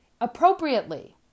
appropriately